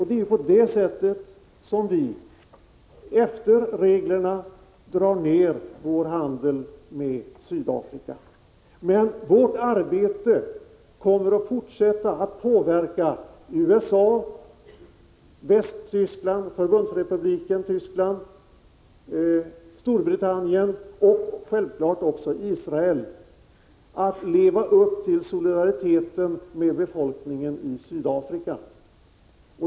Det är på det sättet som vi, efter reglerna, drar ner på handeln med Sydafrika. Vårt arbete kommer att fortsätta att påverka USA, Förbundsrepubliken Tyskland, Storbritannien och självklart även Israel att leva upp till solidariteten med befolkningen i Sydafrika.